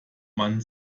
man